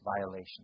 violation